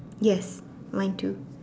yes mine too